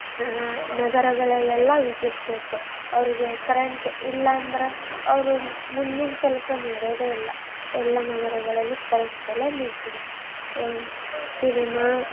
ನಗರಗಳಲ್ಲೆಲ್ಲ ವಿದ್ಯುತ್ ಬೇಕು ಅವರಿಗೆ ಕರೆಂಟ್ ಇಲ್ಲ ಅಂದ್ರೆ ಅವರು ಮುಂದಿನ ಕೆಲಸ ನಡೆಯೋದೆ ಇಲ್ಲ ಎಲ್ಲ ನಗರಗಳಲ್ಲಿ ಕರೆಂಟ್ ಮೇಲೆ ನಿಂತಿದೆ ಇನ್ನು ಸಿನಿಮಾ